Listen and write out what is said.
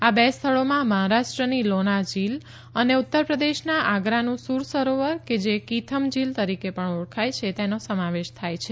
આ બે સ્થળોમાં મહારાષ્ટ્રની લોના ઝીલ અને ઉત્તર પ્રદેશના આગ્રાનુ સુર સરોવર કે જે કીથમ ઝીલ તરીકે પણ ઓળખાય છે તેનો સમાવેશ થાય છે